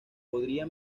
podría